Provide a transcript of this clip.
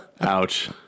Ouch